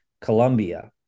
Colombia